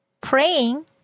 praying